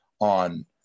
on